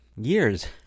years